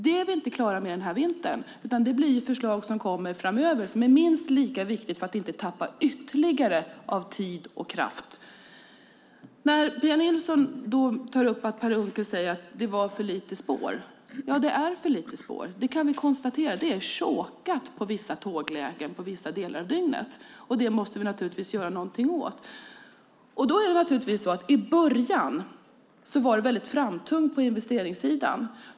Det blir vi inte klara med denna vinter, utan det är förslag som kommer framöver som är minst lika viktiga för att vi inte ska tappa ytterligare tid och kraft. Pia Nilsson tar upp att Per Unckel säger att det var för lite spår. Ja, det är för lite spår. Det kan vi konstatera - det är chokat på vissa tåglägen vissa delar av dygnet. Det måste vi naturligtvis göra någonting åt. I början var det väldigt framtungt på investeringssidan.